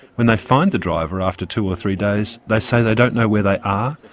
when they find the driver after two or three days they say they don't know where they are,